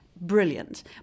brilliant